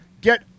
get